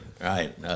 right